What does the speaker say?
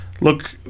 Look